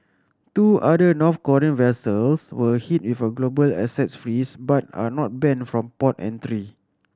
two other North Korean vessels were hit with a global assets freeze but are not banned from port entry